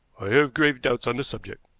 i have grave doubts on the subject,